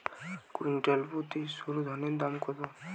Quintal প্রতি সরুধানের দাম কত?